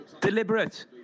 Deliberate